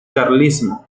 carlismo